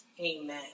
Amen